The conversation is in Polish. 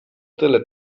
tyle